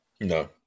No